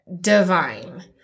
divine